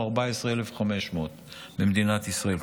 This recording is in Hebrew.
הוא 14,500 במדינת ישראל.